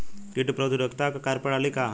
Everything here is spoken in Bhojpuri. कीट प्रतिरोधकता क कार्य प्रणाली का ह?